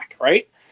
right